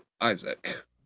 Isaac